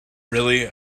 really